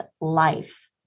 life